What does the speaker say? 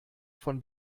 von